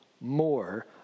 more